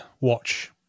watch